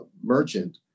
merchant